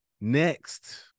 Next